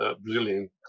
Brazilian